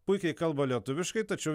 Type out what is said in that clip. puikiai kalba lietuviškai tačiau